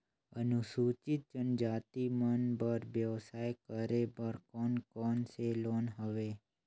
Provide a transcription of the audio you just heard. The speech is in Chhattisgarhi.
अनुसूचित जनजाति मन बर व्यवसाय करे बर कौन कौन से लोन हवे?